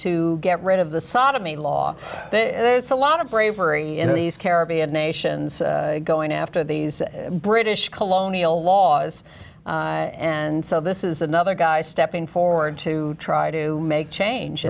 to get rid of the sodomy law there's a lot of bravery in these caribbean nations going after these british colonial laws and so this is another guy stepping forward to try to make change